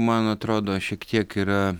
man atrodo šiek tiek yra